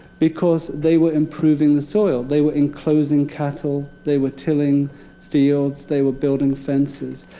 because they were improving the soil. they were enclosing cattle, they were tilling fields, they were building fences.